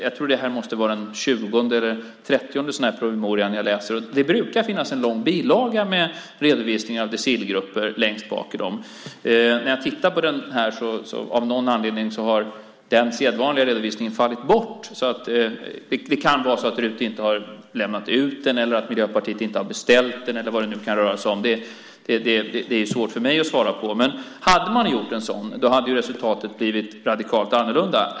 Jag tror att det här måste vara den 20:e eller 30:e promemorian som jag läser. Det brukar finnas en lång bilaga med redovisningar av decilgrupper längst bak i dem. När jag tittar på den här så har av någon anledning den sedvanliga redovisningen fallit bort. Det kan vara så att RUT inte har lämnat ut den, att Miljöpartiet inte har beställt den eller vad det nu kan röra sig om. Det är svårt för mig att svara på. Men om man hade gjort en sådan hade resultatet blivit radikalt annorlunda.